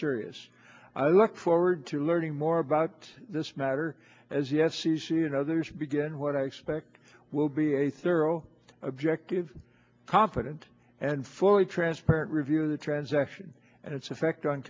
sirius i look forward to learning more about this matter as yes c c and others begin what i expect will be a thorough objective confident and fully transparent review of the transaction and its effect on